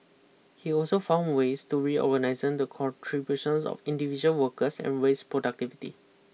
he also found ways to recognising the contributions of individual workers and raise productivity